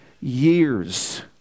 years